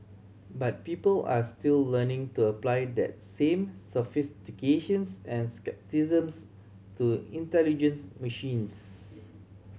but people are still learning to apply that same sophistications and scepticisms to intelligence machines